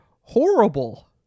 horrible